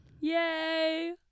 Yay